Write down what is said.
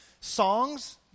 songs